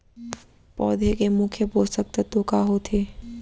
पौधे के मुख्य पोसक तत्व का होथे?